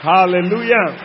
Hallelujah